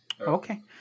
Okay